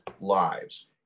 lives